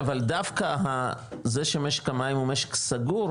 אבל דווקא זה שמשק המים הוא משק סגור,